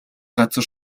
газар